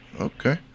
Okay